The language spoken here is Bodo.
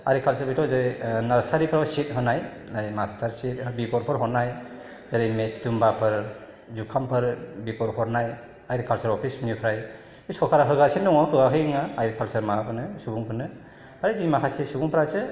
एग्रिकाल्चार बेथ' जेरै नार्सारिफ्राव सिड होनाय ओरै मास्टार सिड बेगरफोर हरनाय जेरै मेस दुम्बाफोर जुखामफोर बेगर हरनाय एग्रिकाल्चार अफिसनिफ्राय सरकारा होगासिनो दङ होआखै नङा एग्रिकाल्चार माबाफोरनो सुबुंफोरनो आरो जोंनि माखासे सुबुंफोरासो